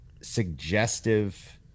suggestive